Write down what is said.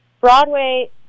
Broadway